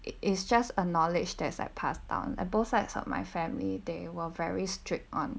it is just a knowledge that's like pass down at both sides of my family they were very strict on